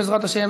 בעזרת השם,